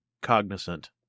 cognizant